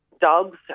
dogs